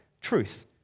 truth